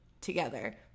together